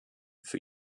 für